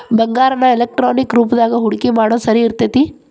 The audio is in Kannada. ಬಂಗಾರಾನ ಎಲೆಕ್ಟ್ರಾನಿಕ್ ರೂಪದಾಗ ಹೂಡಿಕಿ ಮಾಡೊದ್ ಸರಿ ಇರ್ತೆತಿ